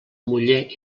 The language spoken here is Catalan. muller